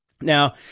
Now